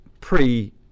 pre